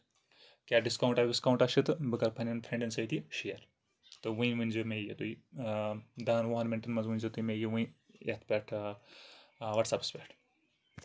کیاہ ڈِسکَاونٛٹا وِسکاونٛٹا چھ تہٕ بہٕ کرٕ پَنٕنٮ۪ن فرینٛڈن سۭتۍ یہِ شِیر تہٕ ؤنۍ ونۍ زیو مےٚ تُہۍ دہن وُہن مِنٹن منٛز ؤنۍ زیو مےٚ تُہۍ وۄنۍ یَتھ پٮ۪ٹھ واٹس ایپس پٮ۪ٹھ